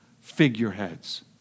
figureheads